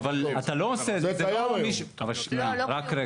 אבל אתה לא עושה את זה, אבל שנייה, רק רגע.